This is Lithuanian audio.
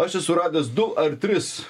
aš esu radęs du ar tris